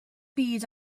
byd